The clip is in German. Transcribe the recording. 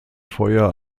feuer